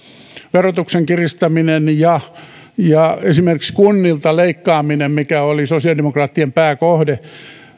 verotuksen kiristäminen ja ja esimerkiksi kunnilta leikkaaminen mikä oli sosiaalidemokraattien pääkohde